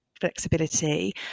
flexibility